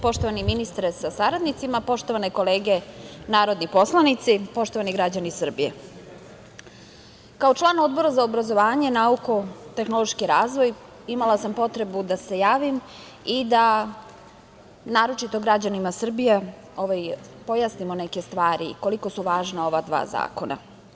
Poštovani ministre sa saradnicima, poštovane kolege narodni poslanici, poštovani građani Srbije, kao član Odbora za obrazovanje, nauku, tehnološki razvoj, imala sam potrebu da se javim i da naročito građanima Srbije pojasnimo neke stvari, koliko su važna ova dva zakona.